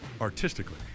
artistically